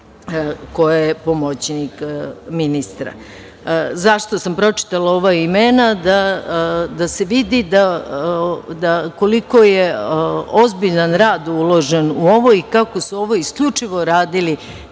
koja je pomoćnik ministra.Zašto sam pročitala ova imena, da se vidi koliko je ozbiljan rad uložen u ovo, i da su ovo isključivo radili